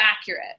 accurate